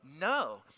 No